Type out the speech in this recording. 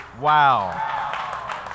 Wow